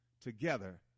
together